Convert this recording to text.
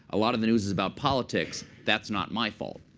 a lot of the news is about politics. that's not my fault.